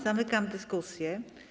Zamykam dyskusję.